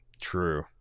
true